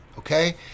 Okay